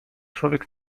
człowiek